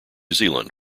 zealand